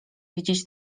widzieć